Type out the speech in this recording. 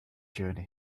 journey